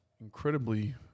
incredibly